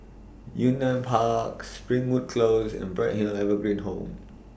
Yunnan Park Springwood Close and Bright Hill Evergreen Home